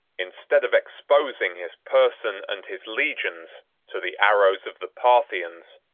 instead of exposing his person and his legions to the arrows of the parthians,